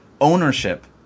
ownership